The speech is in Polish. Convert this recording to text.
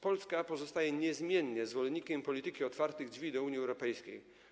Polska pozostaje niezmiennie zwolennikiem polityki otwartych drzwi do Unii Europejskiej.